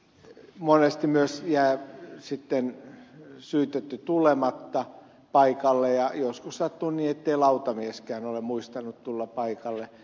monesti myös jää sitten syytetty tulematta paikalle ja joskus sattuu niin ettei lautamieskään ole muistanut tulla paikalle